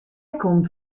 komt